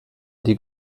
die